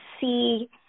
see